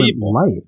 life